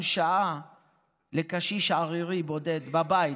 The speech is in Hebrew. ייתן שעה בשבוע לקשיש ערירי, בודד, בבית?